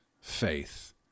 faith